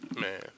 Man